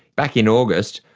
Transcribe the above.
back in august,